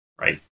right